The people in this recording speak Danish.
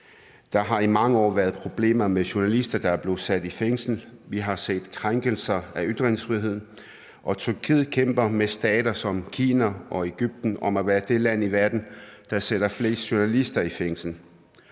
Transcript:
Der har i mange år været problemer med journalister, der er blevet sat i fængsel, vi har set krænkelser af ytringsfriheden, og Tyrkiet kæmper med stater som Kina og Egypten om at være det land i verden, der sætter flest journalister i fængsel.